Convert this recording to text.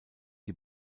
die